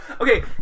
Okay